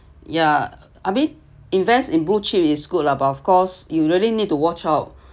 ya I mean invest in blue chip is good lah but of course you really need to watch out